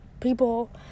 people